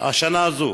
בשנה הזאת.